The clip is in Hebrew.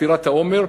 ספירת העומר,